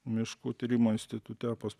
miškų tyrimo institute pas